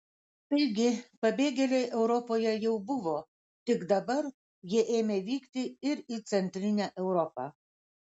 taigi pabėgėliai europoje jau buvo tik dabar jie ėmė vykti ir į centrinę europą